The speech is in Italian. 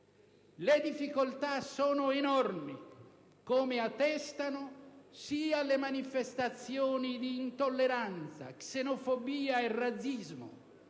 Le difficoltà sono enormi, come attestano sia le manifestazioni di intolleranza, xenofobia e razzismo